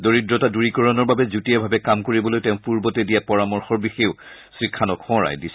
দৰিদ্ৰতা দুৰীকৰণৰ বাবে যুটীয়াভাৱে কাম কৰিবলৈ তেওঁ পূৰ্বতে দিয়া পৰামৰ্শৰ বিষয়েও শ্ৰীখানক সোৱৰাই দিছে